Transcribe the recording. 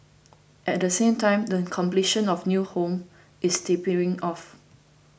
at the same time the completion of new homes is tapering off